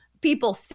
people